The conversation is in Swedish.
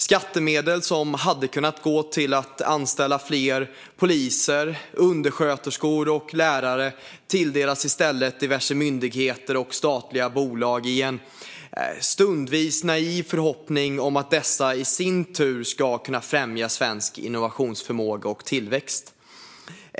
Skattemedel som hade kunnat gå till att anställa fler poliser, undersköterskor och lärare delas i stället ut till diverse myndigheter och statliga bolag i en stundtals naiv förhoppning om att dessa i sin tur ska kunna främja svensk innovationsförmåga och tillväxt.